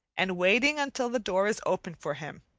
and waiting until the door is opened for him.